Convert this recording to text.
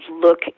look